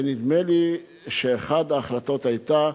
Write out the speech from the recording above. נדמה לי שאחת ההחלטות היתה,